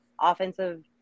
offensive